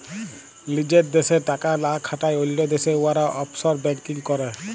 লিজের দ্যাশে টাকা লা খাটায় অল্য দ্যাশে উয়ারা অফশর ব্যাংকিং ক্যরে